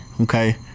okay